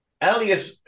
Elliot